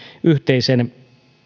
yhteisen